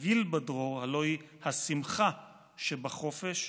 הגיל בדרור, הלוא היא השמחה שבחופש,